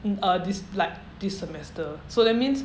in uh this like this semester so that means